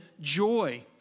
joy